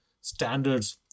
standards